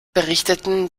berichteten